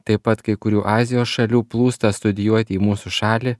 taip pat kai kurių azijos šalių plūsta studijuoti į mūsų šalį